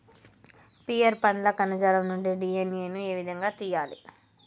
Pear పండ్ల కణజాలం నుండి డి.ఎన్.ఎ ను ఏ విధంగా తియ్యాలి?